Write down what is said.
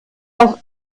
das